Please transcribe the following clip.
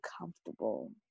comfortable